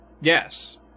Yes